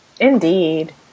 Indeed